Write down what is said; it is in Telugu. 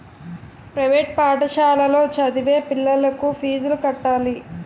ప్రైవేట్ పాఠశాలలో చదివే పిల్లలకు ఫీజులు కట్టాలి